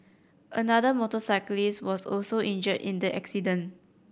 another motorcyclist was also injured in the accident